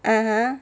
(uh huh)